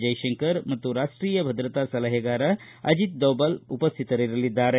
ಜಯಶಂಕರ್ ಮತ್ತು ರಾಷ್ಟೀಯ ಭದ್ರತಾ ಸಲಹೆಗಾರ ಅಜಿತ್ ದೊವಲ್ ಉಪಸ್ಕಿತರಿರಲಿದ್ದಾರೆ